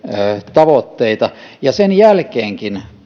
tavoitteita ja sen jälkeenkin